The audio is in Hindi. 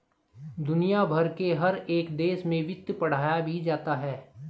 दुनिया भर के हर एक देश में वित्त पढ़ाया भी जाता है